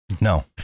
No